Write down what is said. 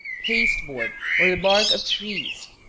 pasteboard, or the bark of trees,